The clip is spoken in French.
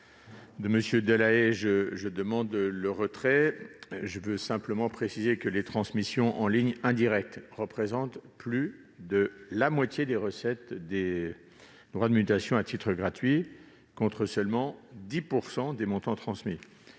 commission ? Je demande le retrait de l'amendement de M. Delahaye. Les transmissions en ligne indirecte représentent plus de la moitié des recettes des droits de mutation à titre gratuit, contre seulement 10 % des montants transmis.